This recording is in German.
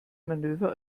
manöver